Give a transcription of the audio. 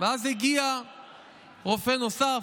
ואז הגיע רופא נוסף,